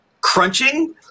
crunching